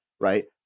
Right